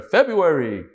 February